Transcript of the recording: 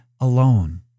alone